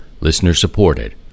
listener-supported